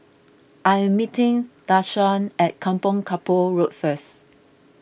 I am meeting Deshawn at Kampong Kapor Road first